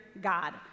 God